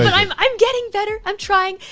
and i'm i'm getting better, i'm trying.